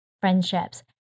friendships